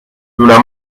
una